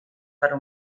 per